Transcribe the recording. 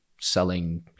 selling